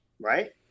right